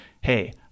Hey